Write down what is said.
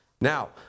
Now